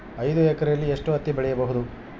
ಐದು ಎಕರೆಯಲ್ಲಿ ಎಷ್ಟು ಹತ್ತಿ ಬೆಳೆಯಬಹುದು?